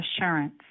assurance